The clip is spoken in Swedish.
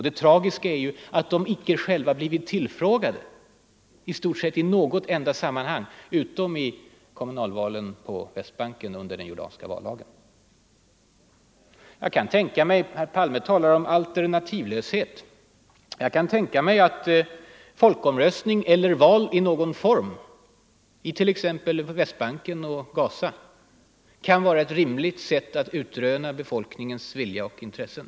Det tragiska är att de icke själva blivit tillfrågade i något enda sammanhang utom i kommunalvalen på Västbanken. Herr Palme talar om ”alternativlöshet”. Jag kan tänka mig att folkomröstning eller val i någon form, på t.ex. Västbanken eller i Ghaza, kan vara ett rimligt sätt att utröna befolkningens vilja och intressen.